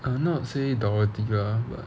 I'm not say dorothy lah but